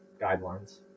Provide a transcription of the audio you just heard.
guidelines